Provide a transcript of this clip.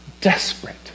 desperate